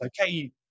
okay